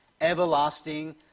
everlasting